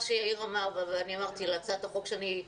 מה שיאיר אמר ואני אמרתי על הצעת החוק שלי,